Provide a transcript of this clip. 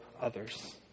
others